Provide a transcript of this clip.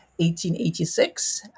1886